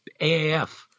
AAF